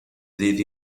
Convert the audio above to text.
ddydd